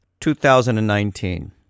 2019